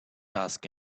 ask